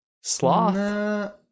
Sloth